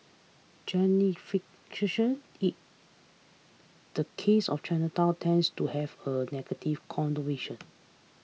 in the case of Chinatown tends to have a negative connotation